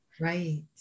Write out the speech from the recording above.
Right